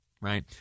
right